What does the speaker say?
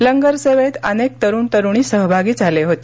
लंगर सेवेत अनेक तरुण तरुणी सहभागी झाले होते